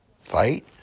fight